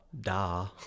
Da